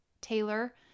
Taylor